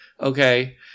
okay